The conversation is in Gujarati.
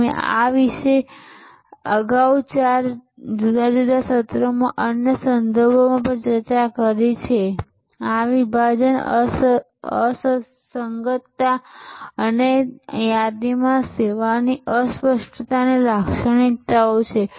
અમે આ વિશે અગાઉ ચાર જુદા જુદા સત્રોમાં અન્ય સંદર્ભમાં ચર્ચા કરી છે કે આ વિભાજન અસંગતતા અને યાદીમાં સેવાની અસ્પષ્ટતાની લાક્ષણિકતાઓ છે